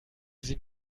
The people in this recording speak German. sie